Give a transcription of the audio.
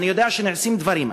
אני יודע שנעשים דברים,